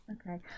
okay